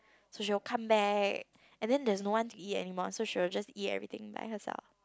so she will come back and then there's no one to eat anymore so she will just eat everything by herself